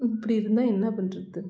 இப்படி இருந்தால் என்ன பண்ணுறது